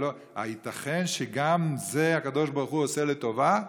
הייתכן שגם זה הקדוש ברוך הוא עושה לטובה?